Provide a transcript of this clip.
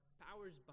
powers